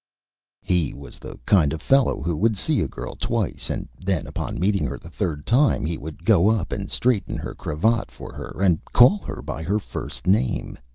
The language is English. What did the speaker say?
he was the kind of fellow who would see a girl twice, and then, upon meeting her the third time, he would go up and straighten her cravat for her, and call her by her first name.